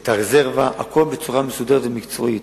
את הרזרבה, הכול בצורה מסודרת ומקצועית.